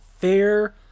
Fair